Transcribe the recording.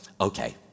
okay